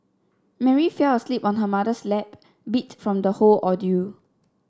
Mary fell asleep on her mother's lap beat from the whole ordeal